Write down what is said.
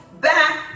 back